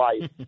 life